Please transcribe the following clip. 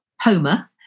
Homer